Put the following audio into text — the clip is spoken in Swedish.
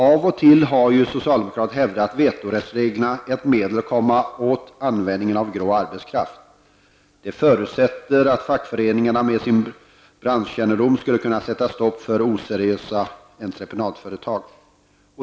Av och till har socialdemokraterna hävdat att vetorättsreglerna är ett medel att komma åt användningen av grå arbetskraft. Det förutsätter att fackföreningarna med sin branschkännedom skulle kunna sätta stopp för oseriösa entreprenadföretag.